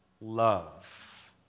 love